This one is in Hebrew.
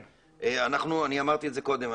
אני אמרתי את זה קודם,